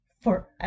forever